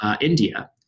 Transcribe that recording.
India